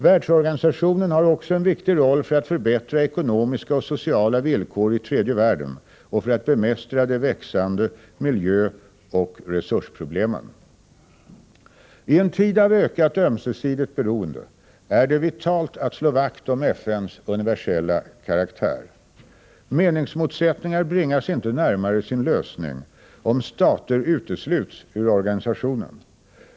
Världsorganisationen har också en viktig roll för att förbättra ekonomiska och sociala villkor i tredje världen och för att bemästra de växande miljöoch resursproblemen. I en tid av ökat ömsesidigt beroende är det vitalt att slå vakt om FN:s universella karaktär. Meningsmotsättningar bringas inte närmare sin lösning om stater utesluts ur organisationen.